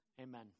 Amen